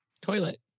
toilet